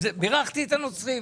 אז בירכתי את הנוצרים.